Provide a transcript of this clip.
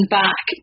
back